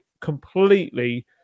completely